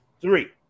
three